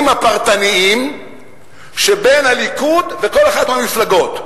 הפרטניים שבין הליכוד לכל אחת מהמפלגות,